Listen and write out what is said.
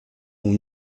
ont